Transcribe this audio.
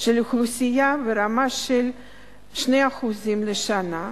של אוכלוסייה ברמה של 2% לשנה,